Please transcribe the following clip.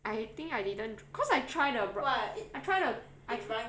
I think I didn't because I try the I try the I